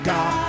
God